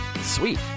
Sweet